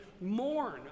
mourn